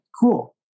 cool